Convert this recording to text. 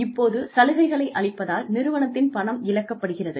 இப்போது சலுகைகளை அளிப்பதால் நிறுவனத்தின் பணம் இழக்கப்படுகிறது